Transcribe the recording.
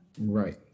Right